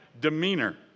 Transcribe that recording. demeanor